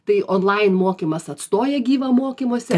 tai onlain mokymas atstoja gyvą mokymosi